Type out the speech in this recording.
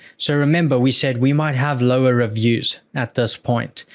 so, remember we said, we might have lower reviews at this point.